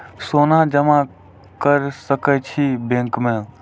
सोना जमा कर सके छी बैंक में?